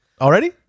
Already